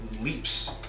leaps